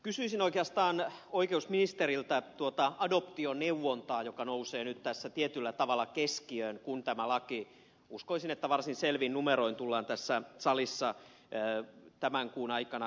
kysyisin oikeastaan oikeusministeriltä tuota adoptioneuvontaa joka nousee nyt tässä tietyllä tavalla keskiöön kun tämä laki uskoisin varsin selvin numeroin tullaan tässä salissa tämän kuun aikana hyväksymään